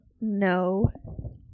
No